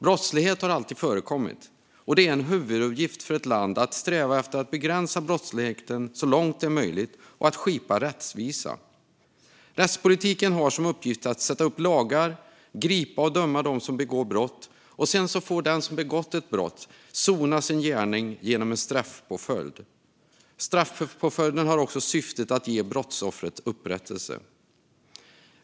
Brottslighet har alltid förekommit, och det är en huvuduppgift för ett land att sträva efter att begränsa brottsligheten så långt det är möjligt och att skipa rättvisa. Rättspolitiken har som uppgift att sätta upp lagar och gripa och döma dem som begår brott, och sedan får den som begått ett brott sona sin gärning genom en straffpåföljd. Straffpåföljden har också syftet att ge brottsoffret upprättelse.